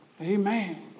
Amen